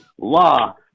law